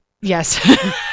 Yes